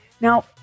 Now